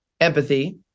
empathy